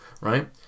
right